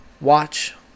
Watch